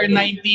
R90